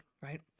right